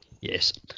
Yes